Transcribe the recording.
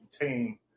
team